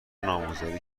نامگذاری